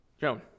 Joan